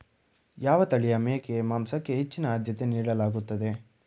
ಯಾವ ತಳಿಯ ಮೇಕೆ ಮಾಂಸಕ್ಕೆ ಹೆಚ್ಚಿನ ಆದ್ಯತೆ ನೀಡಲಾಗುತ್ತದೆ?